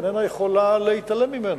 איננה יכולה להתעלם ממנו.